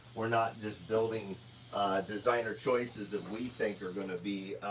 we're not just building designer choices that we think are gonna be,